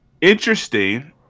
interesting